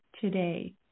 today